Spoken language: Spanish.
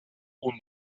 uno